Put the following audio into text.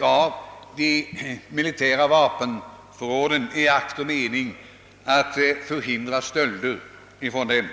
av de militära vapenförråden för att förhindra vapenstölder ur dem.